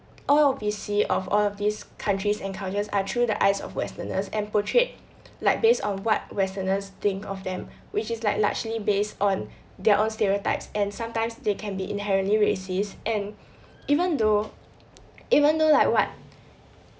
all we see of all of these countries and cultures are through the eyes of westerners and portrayed like based on what westerners think of them which is like largely based on their own stereotypes and sometimes they can be inherently racist and even though even though like what